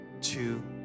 two